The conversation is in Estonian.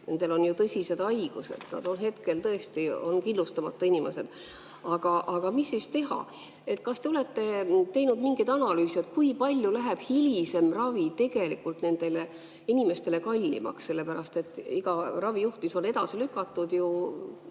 Neil on ju tõsised haigused. Nad on hetkel tõesti kindlustamata inimesed. Aga mis siis teha? Kas te olete teinud mingeid analüüse, kui palju läheb hilisem ravi tegelikult nendele inimestele kallimaks? Kui ravi on edasi lükatud,